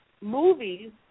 movies